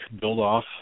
build-off